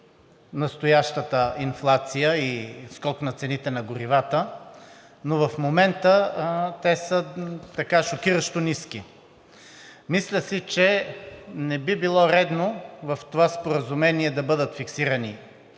настоящата инфлация и скок на цените на горивата, но в момента те са шокиращо ниски. Мисля си, че не би било редно в това споразумение да бъдат фиксирани